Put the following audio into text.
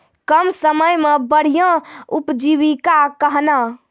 कम समय मे बढ़िया उपजीविका कहना?